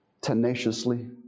tenaciously